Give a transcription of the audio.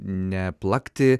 ne plakti